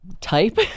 type